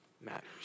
matters